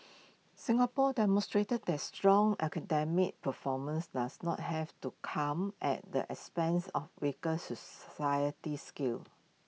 Singapore demonstrates that strong academic performance does not have to come at the expense of weaker society skills